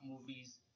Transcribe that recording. movies